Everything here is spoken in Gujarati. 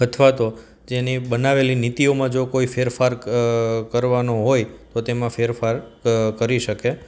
અથવા તો જે એની બનાવેલી નીતિઓમાં જો કોઈ ફેરફાર કરવાનો હોય તો તેમાં ફેરફાર કરી શકે